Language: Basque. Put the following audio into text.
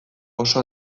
oso